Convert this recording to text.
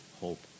hope